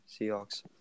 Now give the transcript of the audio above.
Seahawks